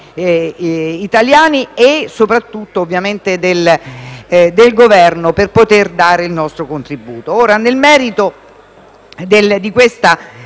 italiani e soprattutto del Governo, per poter dare il nostro contributo.